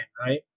right